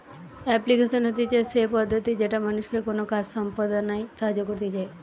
application হতিছে সে পদ্ধতি যেটা মানুষকে কোনো কাজ সম্পদনায় সাহায্য করতিছে